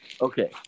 Okay